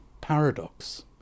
paradox